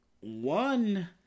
one